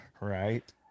Right